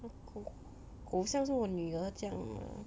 我的狗狗像是我女儿这样 mah